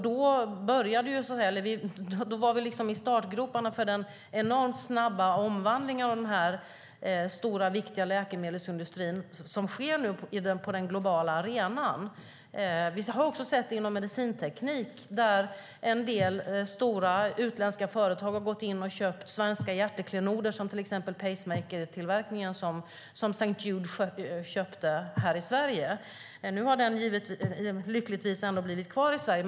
Då var vi i startgroparna inför den enormt snabba omvandlingen av den stora viktiga läkemedelsindustrin på den globala arenan. Vi har också sett det inom medicinteknik. En del stora utländska företag har gått in och köpt svenska hjärteklenoder, till exempel pacemakertillverkning som St. Jude köpte här i Sverige. Nu har den lyckligtvis ändå blivit kvar i Sverige.